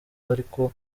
ariko